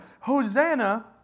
Hosanna